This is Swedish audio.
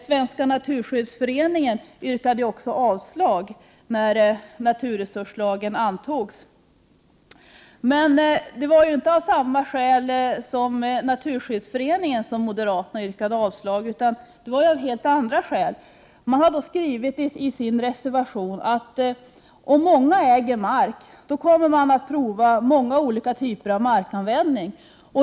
Svenska naturskyddsföreningen yrkade också avslag när naturresurslagen antogs. Moderaterna yrkade inte avslag av samma skäl som Naturskyddsföreningen. De har skrivit i sin reservation att om många äger mark kommer man att prova många olika typer av markanvändning.